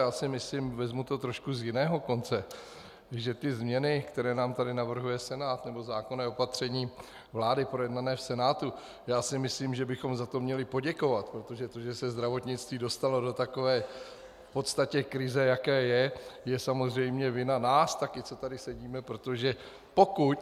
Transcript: Já si myslím, vezmu to trošku z jiného konce, že ty změny, které nám tady navrhuje Senát, nebo zákonné opatření vlády projednané v Senátu, já si myslím, že bychom za to měli poděkovat, protože to, že se zdravotnictví dostalo do takové v podstatě krize, v jaké je, je samozřejmě vina nás také, co tady sedíme, protože pokud...